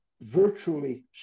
virtually